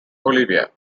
olivia